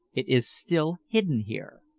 it is still hidden here.